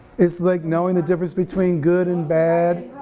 it's, like, knowing the difference between good and bad.